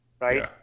right